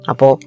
Apo